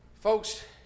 Folks